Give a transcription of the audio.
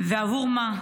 ועבור מה?